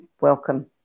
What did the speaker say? welcome